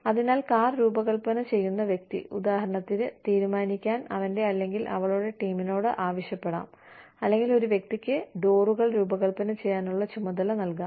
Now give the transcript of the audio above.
അതിനാൽ കാർ രൂപകൽപ്പന ചെയ്യുന്ന വ്യക്തി ഉദാഹരണത്തിന് തീരുമാനിക്കാൻ അവന്റെ അല്ലെങ്കിൽ അവളുടെ ടീമിനോട് ആവശ്യപ്പെടാം അല്ലെങ്കിൽ ഒരു വ്യക്തിക്ക് ഡോറുകൾ രൂപകൽപ്പന ചെയ്യാനുള്ള ചുമതല നൽകാം